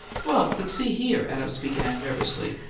well, but see here, adams began, nervously.